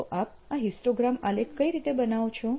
તો આપ આ હિસ્ટોગ્રામ આલેખ કઈ રીતે બનાવો છો